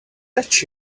touch